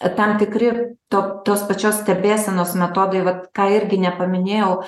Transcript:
tam tikri to tos pačios stebėsenos metodai vat ką irgi nepaminėjau